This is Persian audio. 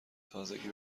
تازگی